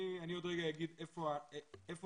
אני עוד רגע אגיד איפה לדעתי